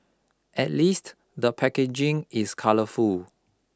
at least the packaging is colourful